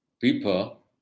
people